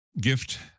gift